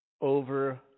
over